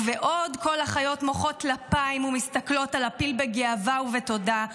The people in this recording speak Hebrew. ובעוד כל החיות מוחות טלפיים ומסתכלות על הפיל בגאווה ובתודה,